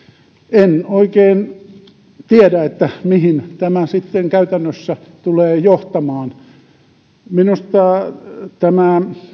en oikein tiedä mihin tämä sitten käytännössä tulee johtamaan minusta tämä